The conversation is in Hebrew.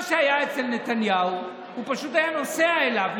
מה שהיה אצל נתניהו, הוא פשוט היה נוסע אליו,